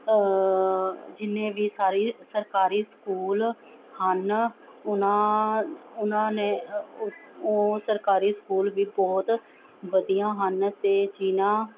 ਜਿੰਨੇ ਵੀ ਸਾਰੇ ਸਰਕਾਰੀ ਸਕੂਲ ਹਨ ਉਹਨਾਂ ਉਹਨਾਂ ਨੇ ਉਹ ਸਰਕਾਰੀ ਸਕੂਲ ਵੀ ਬਹੁਤ ਵਧੀਆ ਹਨ ਅਤੇ ਜਿਨ੍ਹਾਂ